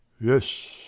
Yes